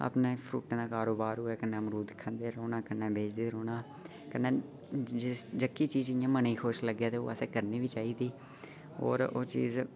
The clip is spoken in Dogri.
अपने फ्रूटें दा कारोबार होऐ कन्नै फ्रूट खंदे रौह्ना कन्नै बेचदे रौह्ना कन्नै जिस जेह्की चीज इयां मनै गी खुश लग्गे ते ओह् असें करनी बी चाहिदी और ओह् चीज